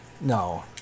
No